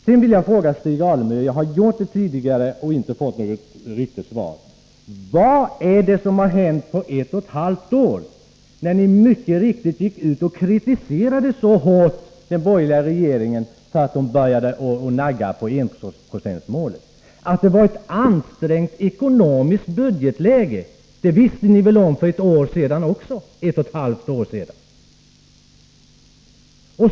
Jag vill fråga Stig Alemyr — jag har gjort det tidigare och inte fått något riktigt svar: Vad är det som har hänt sedan ni för ett och ett halvt år sedan helt riktigt kritiserade den borgerliga regeringen så hårt för att den började nagga på enprocentsmålet? Att det var ett ansträngt budgetläge visste ni väl om för ett och ett halvt år sedan också?